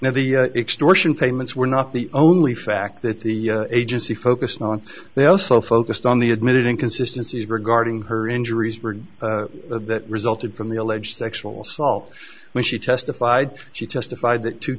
the extortion payments were not the only fact that the agency focused on they also focused on the admitted inconsistency regarding her injuries rid of that resulted from the alleged sexual assault when she testified she testified that two